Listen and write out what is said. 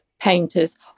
painters